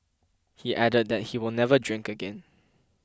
he added that he will never drink again